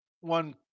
one